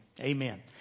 Amen